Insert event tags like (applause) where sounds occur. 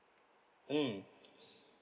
mm (noise)